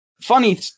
funny